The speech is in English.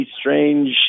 strange